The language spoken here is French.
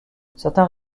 certains